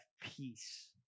peace